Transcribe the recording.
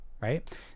right